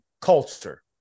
culture